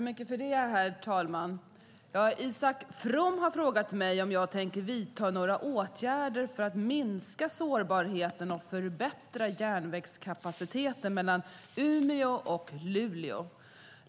Herr talman! Isak From har frågat mig om jag tänker vidta några åtgärder för att minska sårbarheten och förbättra järnvägskapaciteten mellan Umeå och Luleå.